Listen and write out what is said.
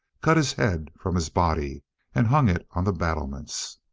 cut his head from his body and hung it on the battlements.